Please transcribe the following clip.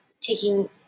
taking